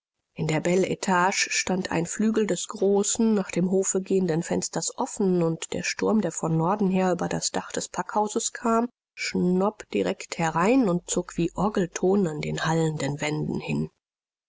in der bel etage stand ein flügel des großen nach dem hofe gehenden fensters offen und der sturm der von norden her über das dach des packhauses kam schnob direkt herein und zog wie orgelton an den hallenden wänden hin